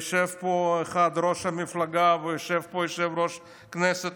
ויושב פה ראש מפלגה ויושב פה יושב-ראש הכנסת